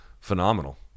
Phenomenal